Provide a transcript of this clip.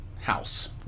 house